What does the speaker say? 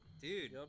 Dude